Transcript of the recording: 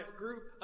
group